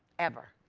ever.